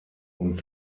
und